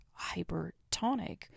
hypertonic